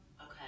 Okay